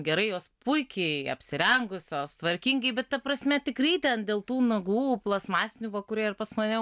gerai jos puikiai apsirengusios tvarkingai bet ta prasme tikrai ten dėl tų nagų plastmasinių va kurie ir pas mane